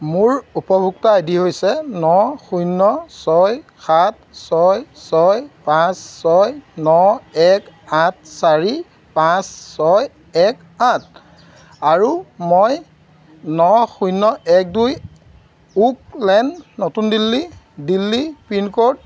মোৰ উপভোক্তা আইডি হৈছে ন শূন্য ছয় সাত ছয় ছয় পাঁচ সাত ন এক আঠ চাৰি পাঁচ ছয় এক আঠ আৰু মই ন শূন্য এক দুই ওক লেন নতুন দিল্লী দিল্লী পিন ক'ড